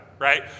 right